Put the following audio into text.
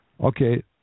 okay